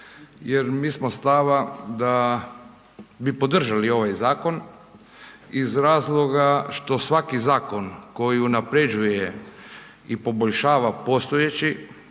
jer mi smo stava da bi podržali ovaj zakon iz razloga što svaki zakon koji unapređuje i poboljšava postojeći,